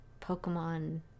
Pokemon